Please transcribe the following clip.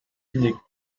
une